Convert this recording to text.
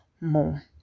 more